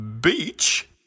beach